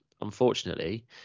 unfortunately